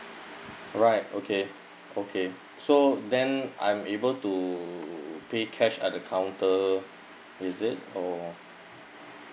alright okay okay so then I'm able to pay cash at the counter is it or